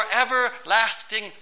everlasting